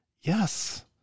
Yes